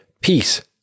peace